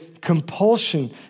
compulsion